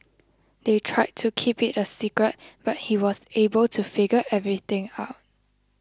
they tried to keep it a secret but he was able to figure everything out